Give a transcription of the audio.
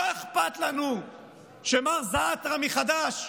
לא אכפת לנו שמר זעאתרה מחד"ש,